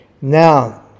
Now